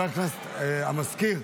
המזכיר,